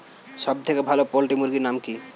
সবথেকে ভালো পোল্ট্রি মুরগির নাম কি?